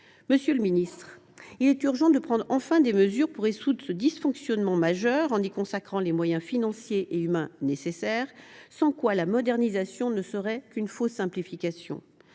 Monsieur le ministre, il est urgent de prendre enfin des mesures pour résoudre ce dysfonctionnement majeur en y consacrant les moyens financiers et humains nécessaires ; à défaut, la modernisation se limiterait à une fausse simplification.